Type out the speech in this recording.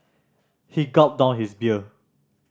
he gulped down his beer